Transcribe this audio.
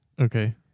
Okay